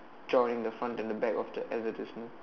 joining the front and back of the advertisement